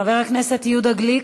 חבר הכנסת יהודה גליק,